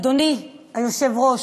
אדוני היושב-ראש,